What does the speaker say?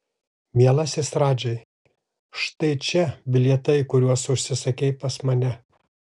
mielasis radžai štai čia bilietai kuriuos užsisakei pas mane